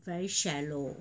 very shallow